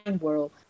world